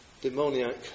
demoniac